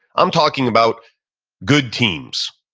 i'm talking about good teams,